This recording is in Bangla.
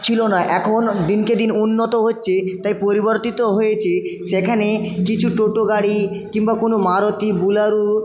ছিল না এখন দিনকে দিন উন্নত হচ্ছে তাই পরিবর্তিত হয়েছে সেখানে কিছু টোটো গাড়ি কিংবা কোনো মারুতি বোলেরো